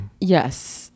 yes